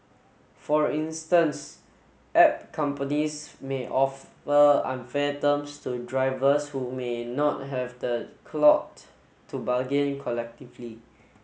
for instance app companies may offer unfair terms to drivers who may not have the clout to bargain collectively